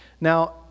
Now